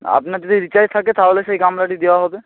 আপনার যদি রিচার্জ থাকে তাহলে সেই গামলাটি দেওয়া হবে